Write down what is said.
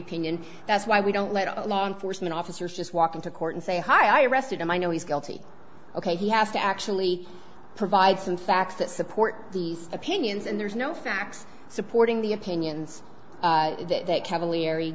opinion that's why we don't let law enforcement officers just walk into court and say hi i rested and i know he's guilty ok he has to actually provide some facts that support these opinions and there's no facts supporting the opinions that cavalier